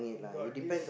got this